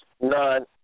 none